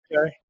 Okay